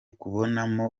kubonamo